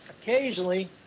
occasionally